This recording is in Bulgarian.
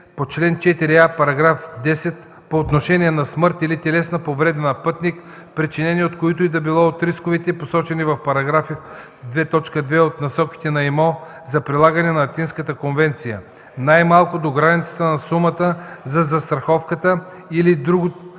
по чл. 4а, § 10 по отношение на смърт или телесна повреда на пътник, причинени от които и да било от рисковете, посочени в § 2.2 от Насоките на ИМО за прилагане на Атинската конвенция, най-много до границата на сумата на застраховката или другото